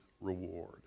reward